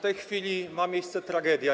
tej chwili ma miejsce tragedia.